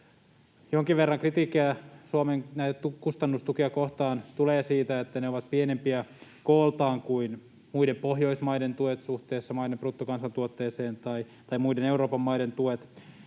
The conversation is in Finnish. Jonkin verran kritiikkiä Suomen kustannustukia kohtaan tulee siitä, että ne ovat pienempiä kooltaan kuin muiden Pohjoismaiden tuet suhteessa maiden bruttokansantuotteeseen tai muiden Euroopan maiden tuet.